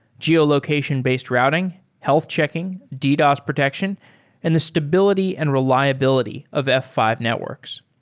geolocation-based routing, health checking, ddos protection and the stability and reliability of f five networks.